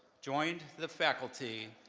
joined the faculty,